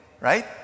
right